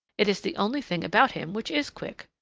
it is the only thing about him which is quick.